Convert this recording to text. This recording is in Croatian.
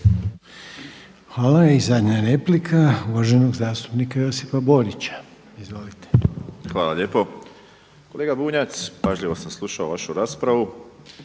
Hvala. I zadnja replika uvaženog zastupnika Josipa Borića. Izvolite. **Borić, Josip (HDZ)** Hvala lijepo. Kolega Bunjac, pažljivo sam slušao vašu raspravu